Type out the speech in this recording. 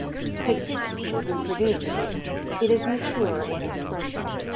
kleczynski reproduces it it is mature in expression.